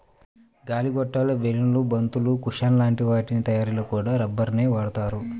గాలి గొట్టాలు, బెలూన్లు, బంతులు, కుషన్ల లాంటి వాటి తయ్యారీలో కూడా రబ్బరునే వాడతారు